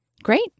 Great